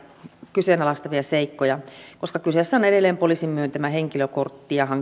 kyseenalaistavia seikkoja koska kyseessä on edelleen poliisin myöntämä henkilökortti ja